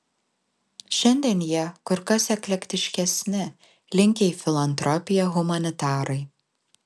šiandien jie kur kas eklektiškesni linkę į filantropiją humanitarai